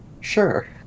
Sure